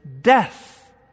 death